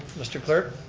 mr. clerk,